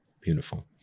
Beautiful